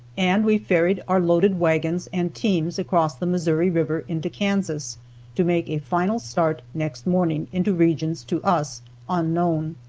and we ferried our loaded wagons and teams across the missouri river into kansas to make a final start next morning into regions to us unknown.